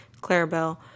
Clarabelle